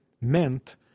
meant